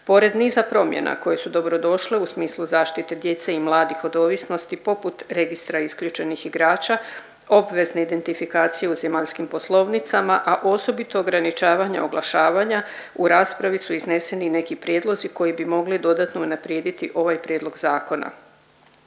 Pored niza promjena koje su dobrodošle u smislu zaštite djece i mladih od ovisnosti poput Registra isključenih igrača, obvezne identifikacije u zemaljskim poslovnicima, a osobito ograničavanja oglašavanja u raspravi su izneseni i neki prijedlozi koji bi mogli dodatno unaprijediti ovaj prijedlog zakona.